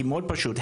כי מאוד פשוט,